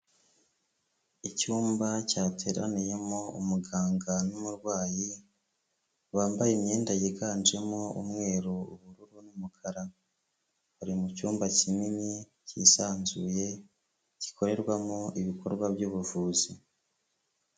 Icyumba cyateraniyemo umuganga n'umurwayi, bambaye imyenda yiganjemo umweru, ubururu n'umukara, bari mu cyumba kinini cyisanzuye gikorerwamo ibikorwa by'ubuvuzi.